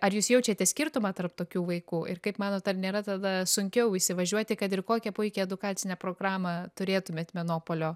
ar jūs jaučiate skirtumą tarp tokių vaikų ir kaip manot ar nėra tada sunkiau įsivažiuoti kad ir kokią puikią edukacinę programą turėtumėt menopolio